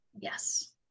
Yes